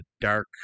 Dark